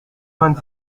vingt